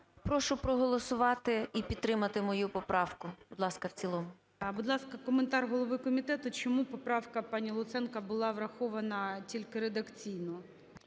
Прошу проголосувати і підтримати мою поправку, будь ласка, в цілому. ГОЛОВУЮЧИЙ. Будь ласка, коментар голови комітету чому поправка пані Луценко була врахована тільки редакційно?